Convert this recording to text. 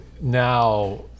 now